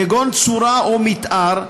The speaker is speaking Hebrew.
כגון צורה או מִתאר,